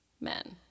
men